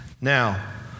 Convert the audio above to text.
Now